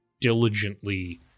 diligently